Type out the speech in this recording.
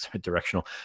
directional